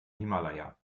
himalaya